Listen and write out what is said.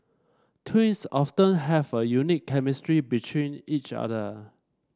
twins often have a unique chemistry between each other